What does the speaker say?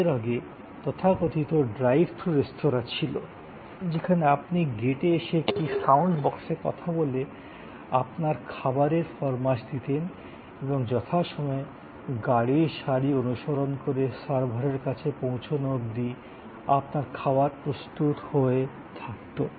এর আগে তথাকথিত ড্রাইভ থ্রু রেস্তোঁরা ছিল যেখানে আপনি গেটে এসে একটি সাউন্ড বক্সে কথা বলে আপনার খাবারের ফরমাশ দিতেন এবং যথাসময়ে গাড়ির সারি অনুসরণ করে সার্ভারের কাছে পৌঁছানো অবধি আপনার খাবার প্রস্তুত হয়ে থাকতো